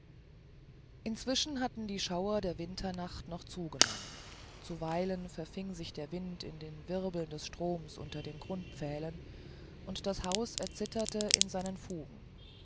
inzwischen hatten die schauer der winternacht noch zugenommen zuweilen verfing sich der wind in den wirbeln des stroms unter den grundpfählen und das haus erzitterte in seinen fugen